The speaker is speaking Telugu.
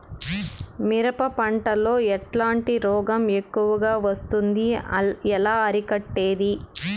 మిరప పంట లో ఎట్లాంటి రోగం ఎక్కువగా వస్తుంది? ఎలా అరికట్టేది?